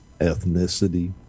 ethnicity